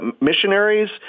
missionaries